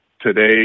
today